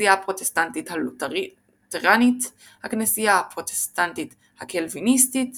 הכנסייה הפרוטסטנטית הלותרנית הכנסייה הפרוטסטנטית הקלוויניסטית